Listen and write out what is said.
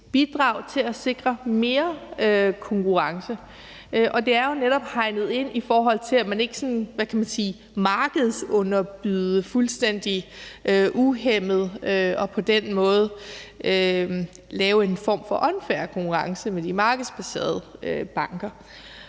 bidrag til at sikre mere konkurrence. Det er jo netop hegnet ind, i forhold til at man ikke, hvad kan man sige, kan markedsunderbyde fuldstændig uhæmmet og på den måde lave en form for unfair konkurrence med de markedsbaserede banker.